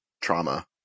trauma